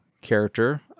character